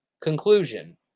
Conclusion